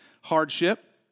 hardship